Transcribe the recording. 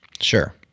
Sure